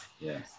Yes